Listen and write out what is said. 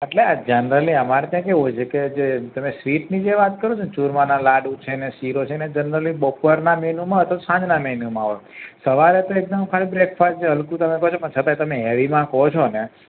એટલે જનરલી અમારે ત્યાં કેવું હોય છે કે જે તમે સ્વીટની જે તમે વાત કરો છોને ચુરમાનાં લાડું છે ને શીરો છે ને એ જનરલી બપોરનાં મેનુમાં અથવા સાંજના મેનુમાં હોય સવારે તો એકદમ ખાલી બ્રેકફાસ્ટને હલકું તમે કહો છો પણ છતાંય તમે હેવીમાં કહો છો ને